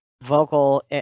vocal